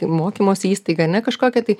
mokymosi įstaigą ane kažkokią tai